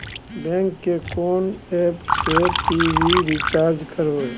Bank के कोन app से टी.वी रिचार्ज करबे?